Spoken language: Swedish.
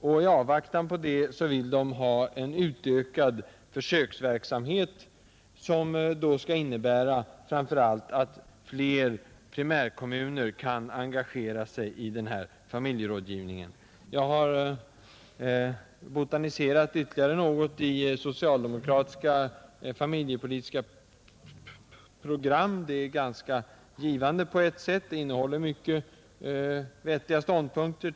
I avvaktan på det vill de ha en utökad försöksverksamhet som framför allt skulle innebära att fler primärkommuner kan engagera sig i denna familjerådgivning. Jag har botaniserat ytterligare något i socialdemokratiska familjepolitiska program. Det är på ett sätt en ganska givande läsning; programmen innehåller många vettiga ståndpunkter.